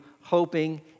hoping